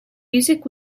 music